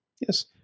Yes